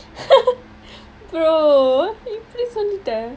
brother இப்படி சொல்லிட்டே:ippadi sollittae